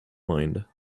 mind